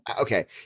Okay